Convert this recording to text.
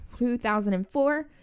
2004